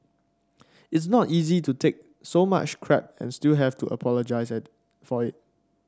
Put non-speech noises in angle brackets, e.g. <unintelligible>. it's not easy to take so much crap and still have to apologise <unintelligible> for it